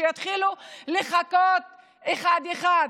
שיתחילו לחכות אחד-אחד?